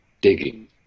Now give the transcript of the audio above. Digging